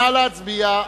נא להצביע.